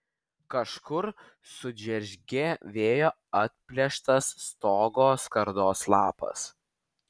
kažkur sudžeržgė vėjo atplėštas stogo skardos lapas